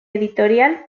editorial